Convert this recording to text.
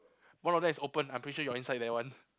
one of them is open I'm pretty sure you're inside that one